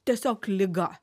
tiesiog liga